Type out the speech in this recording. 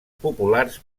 populars